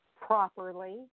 properly